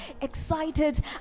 excited